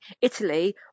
Italy